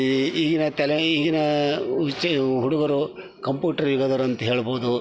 ಈಗಿನ ತಲೆ ಈಗಿನ ಹೆಚ್ಚಾಗಿ ಹುಡುಗರು ಕಂಪ್ಯೂಟ್ರ್ ಯುಗದವರು ಅಂತ ಹೇಳ್ಬೋದು